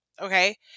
Okay